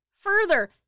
further